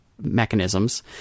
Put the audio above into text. mechanisms